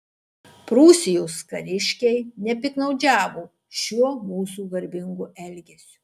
prūsijos kariškiai nepiktnaudžiavo šiuo mūsų garbingu elgesiu